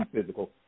physical